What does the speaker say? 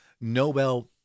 Nobel